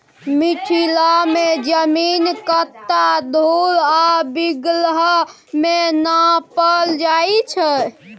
मिथिला मे जमीन कट्ठा, धुर आ बिगहा मे नापल जाइ छै